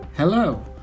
Hello